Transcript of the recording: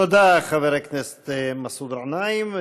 תודה, חבר הכנסת מסעוד גנאים.